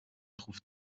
trouve